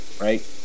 Right